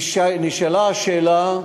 נשאלה השאלה,